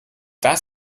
das